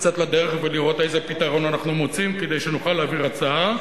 לצאת לדרך ולראות איזה פתרון אנחנו מוצאים כדי שנוכל להעביר הצעה,